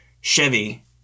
Chevy